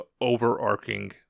overarching